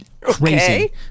Crazy